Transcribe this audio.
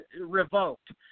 Revoked